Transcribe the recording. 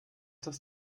das